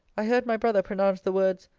i heard my brother pronounce the words,